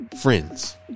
friends